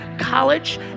college